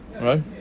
Right